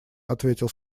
ответил